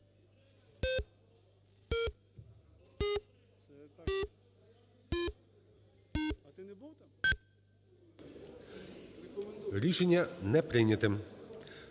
Рішення не прийняте.